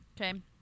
Okay